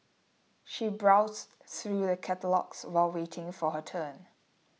she browse through the catalogues while waiting for her turn